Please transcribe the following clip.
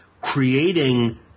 creating